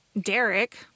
Derek